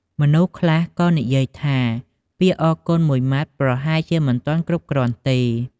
មនុស្សខ្លះក៏និយាយថា "ពាក្យអរគុណមួយម៉ាត់ប្រហែលមិនទាន់គ្រប់គ្រាន់ទេ"